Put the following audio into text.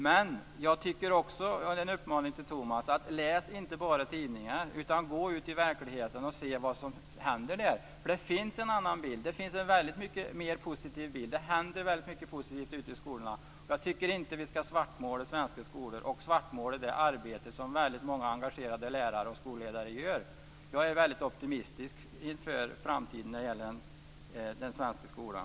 Men jag har också en uppmaning till Tomas. Läs inte bara tidningar utan gå ut i verkligheten och se vad som händer där. Det finns en annan bild, det finns en mycket mer positiv bild. Det händer mycket positivt ute i skolorna. Jag tycker inte att vi skall svartmåla svenska skolor och det arbete som väldigt många engagerade lärare och skolledare gör. Jag är optimistisk inför framtiden när det gäller den svenska skolan.